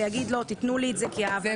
ויגיד "תנו לי את זה כי ההבנות כבר היו".